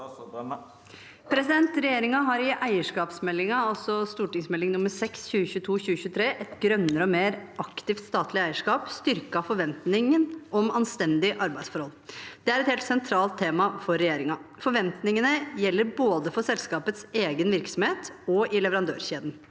Regjeringen har i eierskapsmeldingen, altså Meld. St. 6 for 2022–2023, Et grønnere og mer aktivt statlig eierskap, styrket forventningen om anstendige arbeidsforhold. Det er et helt sentralt tema for regjeringen. Forventningene gjelder både for selskapets egen virksomhet og i leverandørkjeden.